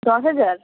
দশ হাজার